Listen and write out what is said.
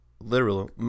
literal